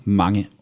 mange